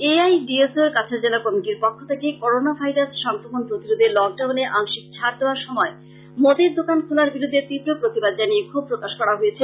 A I D S ওর কাছাড় জেলা কমিটির পক্ষ থেকে করোনা ভাইরাস সংক্রমণ প্রতিরোধে লকডাউনে আংশিক ছাড় দেওয়ার সময় মদের দোকান খোলার বিরুদ্ধে তীব্র প্রতিবাদ জানিয়ে ক্ষোভ প্রকাশ করা হয়েছে